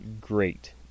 great